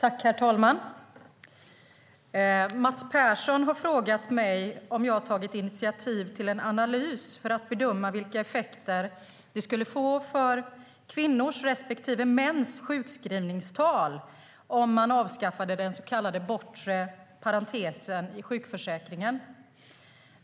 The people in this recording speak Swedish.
Herr talman! Mats Persson har frågat mig om jag tagit initiativ till en analys för att bedöma vilka effekter det skulle få för kvinnors respektive mäns sjukskrivningstal om man avskaffade den så kallade bortre parentesen i sjukförsäkringen.